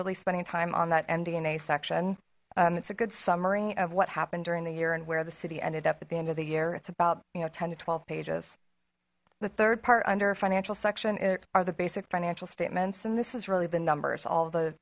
really spending time on that md and a section it's a good summary of what happened during the year and where the city ended up at the end of the year it's about you know ten to twelve pages the third part under financial section it are the basic financial statements and this has really been numbers all the